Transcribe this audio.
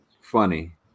funny